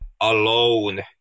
alone